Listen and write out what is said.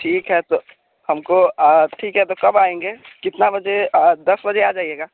ठीक है तो हमको ठीक है तो कब आएंगे कितना बजे दस बजे आ जाइएगा